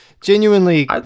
genuinely